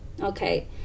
Okay